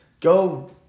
go